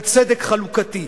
על צדק חלוקתי.